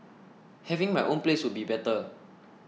having my own place would be better